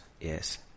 yes